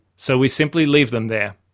so we simply leave them there.